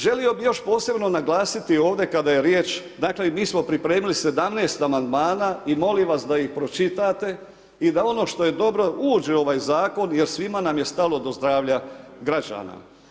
Želio bih još posebno naglasiti ovdje da kada je riječ dakle mi smo pripremili 17 amandmana i molim vas da ih pročitate i da ono što je dobro uđe u ovaj zakon jer svima nam je stalo do zdravlja građana.